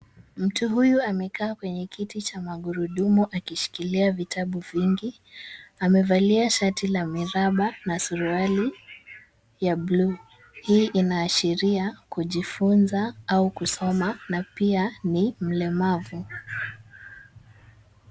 Mtu huyu amekaa kwenye kiti cha magurudumu akishikilia vitabu vingi. Amevalia shati la miraba na suruali ya blue .Hii inaashiria kujifunza au kusoma na pia ni mlemavu.